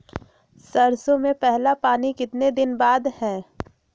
सरसों में पहला पानी कितने दिन बाद है?